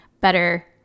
better